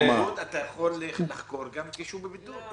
אתה יכול לחקור את מי שהוא בבידוד.